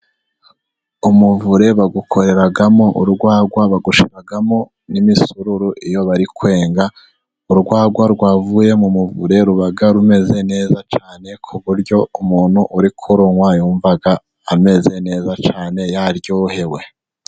Umuvure bawukoreramo urwagwa, bagushyiramo n'imisururu iyo bari kwenga, urwagwa rwavuye mu muvure ruba rumeze neza cyane ,ku buryo umuntu uri kurunywa yumva ameze neza cyane aryohewe.